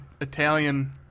Italian